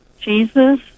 Jesus